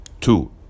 Two